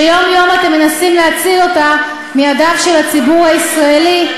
שיום-יום אתם מנסים להציל אותה מידיו של הציבור הישראלי,